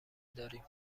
داریم